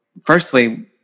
firstly